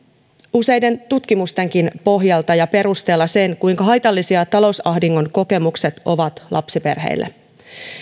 useiden tutkimustenkin pohjalta ja perusteella sen kuinka haitallisia talousahdingon kokemukset ovat lapsiperheille